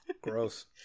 Gross